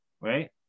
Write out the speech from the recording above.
right